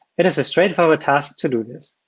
it is a straightforward task to do this.